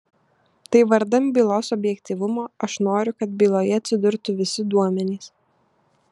tai vardan bylos objektyvumo aš noriu kad byloje atsidurtų visi duomenys